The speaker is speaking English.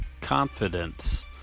confidence